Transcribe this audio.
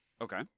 Okay